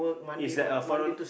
is that a foreign